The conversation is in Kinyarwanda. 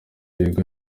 yego